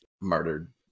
murdered